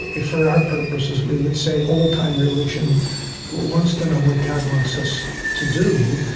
ah for our purposes, we would say old-time religion wants to know what god wants us to do,